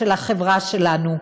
של החברה שלנו,